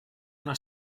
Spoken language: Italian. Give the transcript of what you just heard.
una